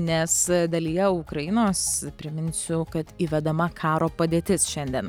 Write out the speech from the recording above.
nes dalyje ukrainos priminsiu kad įvedama karo padėtis šiandien